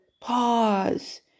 pause